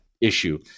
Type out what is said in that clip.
issue